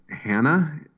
Hannah